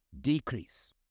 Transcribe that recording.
decrease